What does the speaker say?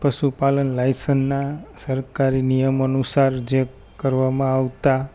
પશુપાલન લાયસનના સરકારી નિયમ અનુસાર જે કરવામાં આવતા